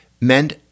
meant